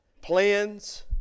Plans